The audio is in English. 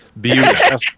Beautiful